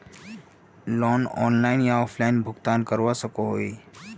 Loan online या offline भुगतान करवा सकोहो ही?